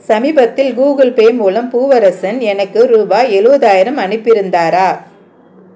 சமீபத்தில் Google Pay மூலம் பூவரசன் எனக்கு ரூபாய் எழுபதாயிரம் அனுப்பியிருந்தாரா